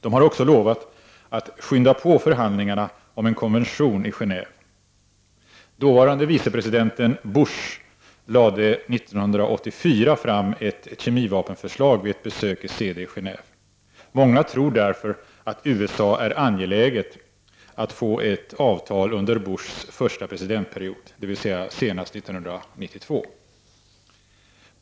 De har också lovat att skynda på förhandlingarna om en konvention i Genéve. Dåvarande vicepresidenten Bush lade 1984 fram ett kemivapenförslag vid ett besök hos CD i Genéve. Många tror därför att USA är angeläget att få ett avtal under Bushs första presidentperiod, dvs. senast 1992.